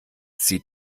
sie